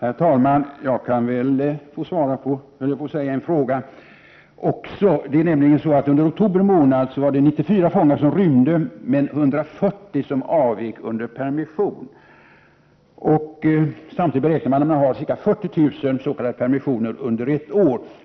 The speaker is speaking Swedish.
Herr talman! Jag kan väl också få svara på en fråga. Under oktober månad var det 94 fångar som rymde men 140 som avvek under permission. Samtidigt beräknar man att det har varit ca 40 000 s.k. permissioner under ett år.